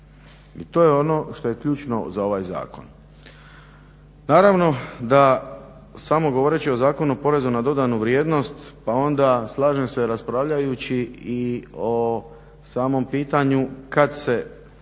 I to je ono što je ključno za ovaj zakon. Naravno da samo govoreći o Zakonu o porezu na dodanu vrijednost pa onda, slažem se raspravljajući i o samom pitanju kada se